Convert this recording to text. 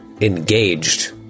engaged